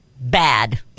Bad